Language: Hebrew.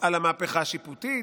על המהפכה השיפוטית,